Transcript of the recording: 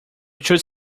should